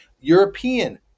European